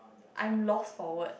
I'm lost forward